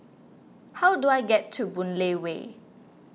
how do I get to Boon Lay Way